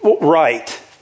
right